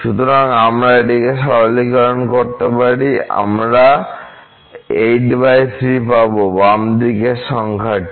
সুতরাং আমরা এটিকে সরলীকরণ করতে পারি এবং আমরা 83 পাব বাম দিকের সংখ্যাটি